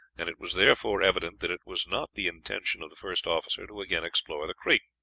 and it was therefore evident that it was not the intention of the first officer to again explore the creek.